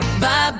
Bye